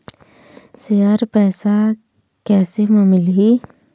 Share पैसा कैसे म मिलही?